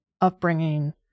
upbringing